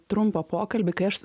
trumpą pokalbį kai aš